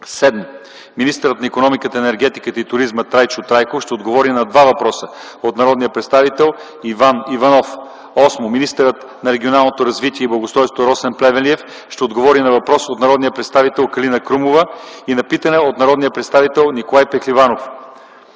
Седмо, министърът на икономиката, енергетиката и туризма Трайчо Трайков ще отговоря на два въпроса на народния представител Иван Иванов. Осмо, министърът на регионалното развитие и благоустройството Росен Плевнелиев ще отговоря на въпрос на народния представител Калина Крумова и на питане от народния представител Николай Пехливанов.